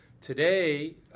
Today